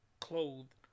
clothed